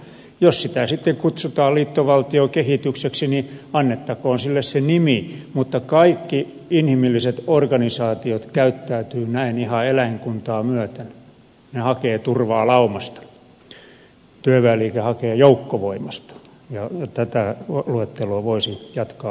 jos sitä sitten kutsutaan liittovaltiokehitykseksi niin annettakoon sille se nimi mutta kaikki inhimilliset organisaatiot käyttäytyvät näin ihan eläinkuntaa myöten ne hakevat turvaa laumasta työväenliike hakee joukkovoimasta ja tätä luetteloa voisi jatkaa vaikka kuinka